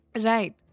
Right